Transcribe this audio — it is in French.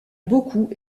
beaucoup